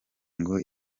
ngo